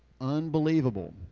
unbelievable